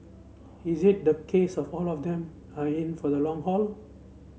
is it the case of all of them are in for the long haul